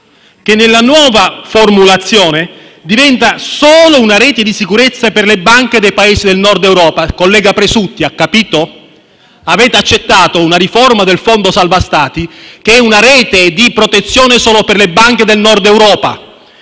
che nella nuova formulazione diventa solo una rete di sicurezza per le banche dei Paesi del Nord Europa. Collega Presutto, ha capito? Avete accettato una riforma del fondo salva Stati, che è una rete di protezione solo per le banche del Nord Europa.